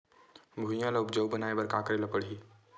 भुइयां ल उपजाऊ बनाये का करे ल पड़ही?